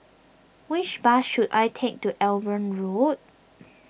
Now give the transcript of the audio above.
which bus should I take to Eben Road